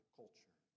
culture